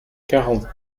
quarante